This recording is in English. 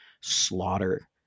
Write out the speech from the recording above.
slaughter